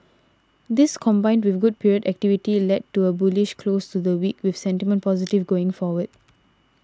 this combined with good period activity led to a bullish close to the week with sentiment positive going forward